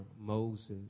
Moses